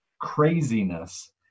craziness